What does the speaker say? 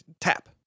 Tap